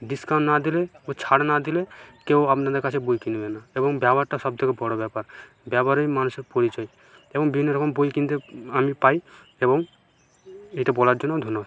discount না দিলে বা ছাড় না দিলে কেউ আপনাদের কাছে বই কিনবে না এবং ব্যবহারটা সব থেকে বড় ব্যাপার ব্যবহারেই মানুষের পরিচয় এবং বিভিন্ন রকম বই কিনতে আমি পাই এবং এইটা বলার জন্য ধন্যবাদ